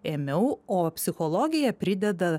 ėmiau o psichologija prideda